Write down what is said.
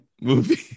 movie